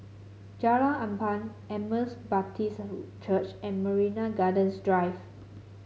Jalan Ampang Emmaus Baptist Church and Marina Gardens Drive